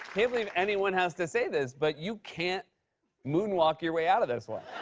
can't believe anyone has to say this, but you can't moonwalk your way out of this one.